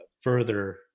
further